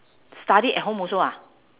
study at home also ah